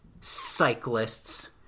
cyclists